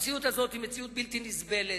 המציאות הזאת היא מציאות בלתי נסבלת.